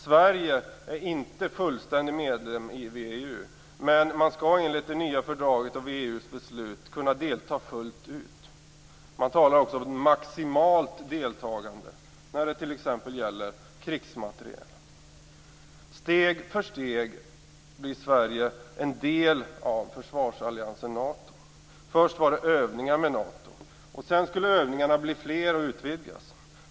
Sverige är inte fullständig medlem i VEU men skall enligt det nya fördraget och VEU:s beslut kunna delta fullt ut. Man talar också om maximalt deltagande när det t.ex. gäller krigsmateriel. Steg för steg blir Sverige en del av försvarsalliansen Nato. Först var det övningar med Nato. Sedan skulle övningarna bli fler och utvidgas.